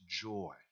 joy